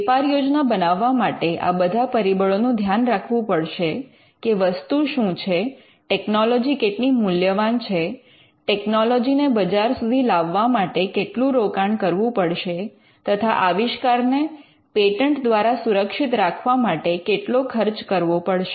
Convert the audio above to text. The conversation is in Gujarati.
વેપાર યોજના બનાવવા માટે આ બધા પરિબળોનું ધ્યાન રાખવું પડશે કે વસ્તુ શું છે ટેકનોલોજી કેટલી મુલ્યવાન છે ટેકનોલોજીને બજાર સુધી લાવવા માટે કેટલું રોકાણ કરવું પડશે તથા આવિષ્કારને પેટન્ટ દ્વારા સુરક્ષિત રાખવા માટે કેટલો ખર્ચ કરવો પડશે